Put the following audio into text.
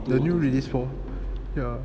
the new release for yeah